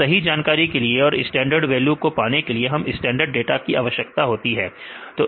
तो सही जानकारी के लिए और स्टैंडर्ड वैल्यू को पाने के लिए हमें स्टैंडर्ड डाटा की आवश्यकता होगी